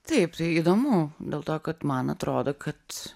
taip tai įdomu dėl to kad man atrodo kad